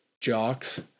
jocks